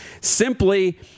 simply